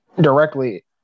directly